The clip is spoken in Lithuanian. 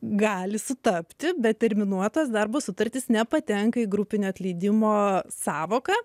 gali sutapti bet terminuotas darbo sutartis nepatenka į grupinio atleidimo sąvoką